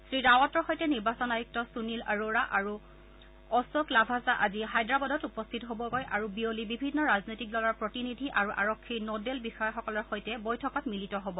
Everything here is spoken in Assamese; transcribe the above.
শ্ৰী ৰাৱতৰ সৈতে নিৰ্বাচন আয়ুক্ত সুনীল অ'ৰ'ৰা আৰু অশোক লাভাছা আজি হায়দৰাবাদত উপস্থিত হ'বগৈ আৰু বিয়লি বিভিন্ন ৰাজনৈতিক দলৰ প্ৰতিনিধি আৰু আৰক্ষীৰ নডেল বিষয়াসকলৰ সৈতে বৈঠকত মিলিত হ'ব